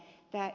mutta ed